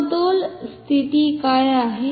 समतोल स्थिती काय आहे